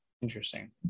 Interesting